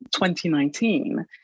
2019